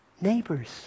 neighbors